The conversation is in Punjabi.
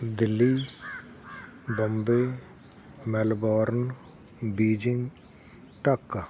Delhi Bombay Melbourne Beijing Dhaka